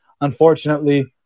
unfortunately